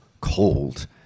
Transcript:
cold